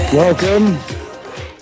Welcome